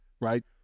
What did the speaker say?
right